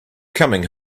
coming